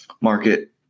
market